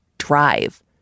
drive